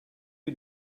you